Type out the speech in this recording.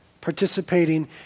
participating